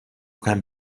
kemm